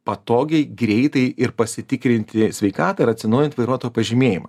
patogiai greitai ir pasitikrinti sveikatą ir atsinaujinti vairuotojo pažymėjimą